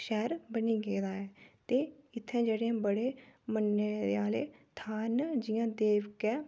शैह्र बनी गेदा ऐ ते इत्थै जेह्ड़े बड़े मन्नने आह्ले थाह्र न जि'यां देवका ऐ